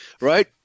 right